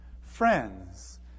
friends